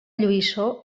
lluïssor